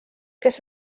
kes